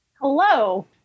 Hello